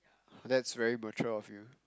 that's very mature of you